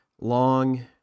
Long